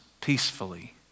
peacefully